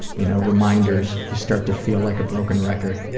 you know, reminders you start to feel like a broken record.